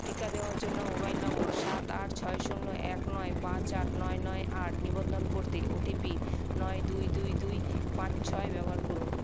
টিকা দেওয়ার জন্য মোবাইল নম্বর সাত আট ছয় শুন্য এক নয় পাঁচ আট নয় নয় আট নিবন্ধন করতে ওটিপি নয় দুই দুই দুই পাঁচ ছয় ব্যবহার করুন